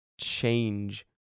change